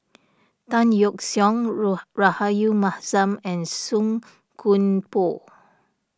Tan Yeok Seong Rahayu Mahzam and Song Koon Poh